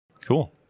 Cool